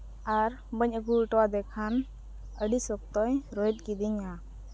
ᱟᱨ ᱵᱟᱹᱧ ᱟᱹᱜᱩ ᱦᱚᱴᱚ ᱟᱫᱮ ᱠᱷᱟᱱ ᱟᱹᱰᱤ ᱥᱚᱠᱛᱚᱭ ᱨᱳᱦᱮᱫ ᱠᱤᱫᱤᱧᱟ